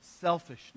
selfishness